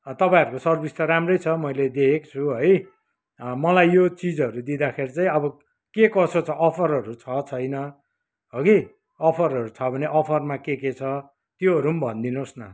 तपाईँहरूको सर्भिस त राम्रो छ मैले देखेको छु है मलाई यो चिजहरू दिँदाखेरि चाहिँ है अब के कसो छ अफरहरू छ छैन हगि अफरहरू छ भने अफरमा के के छ त्योहरू पनि भनिदिनु होस् न